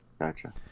gotcha